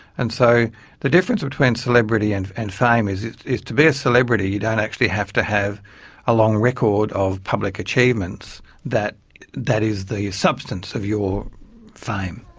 and so the difference between celebrity and and fame is is to be a celebrity you don't actually have to have a long record of public achievements that that is the substance of your fame.